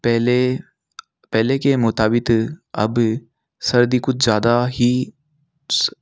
पहले पहले के मुताबिक अब सर्दी कुछ ज़्यादा ही